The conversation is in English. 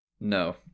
No